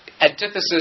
antithesis